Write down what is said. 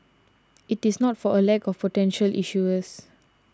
it is not for a lack of potential issuers